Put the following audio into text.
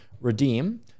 redeem